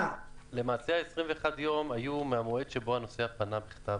למעשה ה-21 יום היו מהמועד שבו הנוסע פנה בכתב.